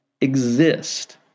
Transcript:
exist